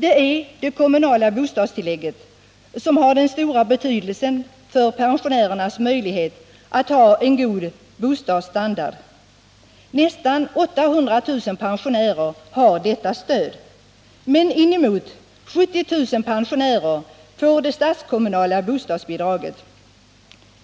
Det är det kommunala bostadstilllägget som har den stora betydelsen för pensionärernas möjlighet att ha en god bostadsstandard. Nästan 800 000 pensionärer har detta stöd. Men inemot 70 000 pensionärer får det statskommunala bostadsbidraget.